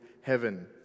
Heaven